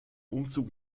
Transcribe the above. umzug